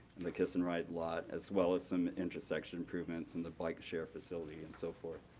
the kiss and ride lot, as well as some intersection improvements, and the bike share facility, and so forth.